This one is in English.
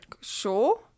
Sure